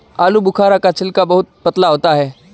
आलूबुखारा का छिलका बहुत पतला होता है